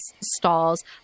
stalls